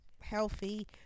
healthy